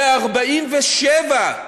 ב-1947,